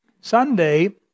Sunday